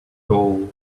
gold